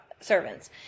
Servants